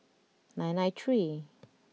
nine nine three